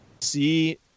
see